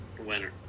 winner